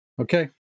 Okay